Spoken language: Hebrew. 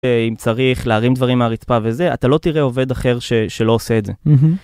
אם צריך להרים דברים מהרצפה וזה, אתה לא תראה עובד אחר ש...שלא עושה את זה.